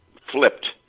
flipped